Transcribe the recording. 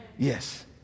yes